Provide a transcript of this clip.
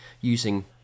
using